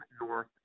north